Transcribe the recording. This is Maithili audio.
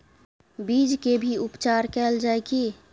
बीज के भी उपचार कैल जाय की?